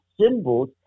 symbols